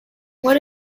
what